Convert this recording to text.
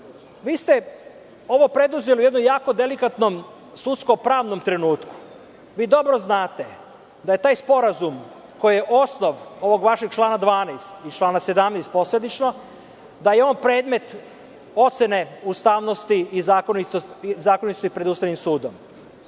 Vi ste ovo preduzeli u jednom jako delikatnom sudsko-pravnom trenutku. Dobro znate da je taj sporazum koji je osnov ovog vašeg člana 12. i člana 17. posledično, da je on predmet ocene ustavnosti i zakonitosti pred Ustavnim sudom. Niste